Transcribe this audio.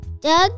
Doug